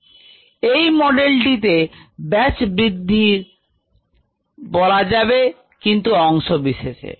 1xdxdtμ এই মডেলটিকে ব্যাচ বৃদ্ধি বলা যাবে কিন্ত অংশবিশেষে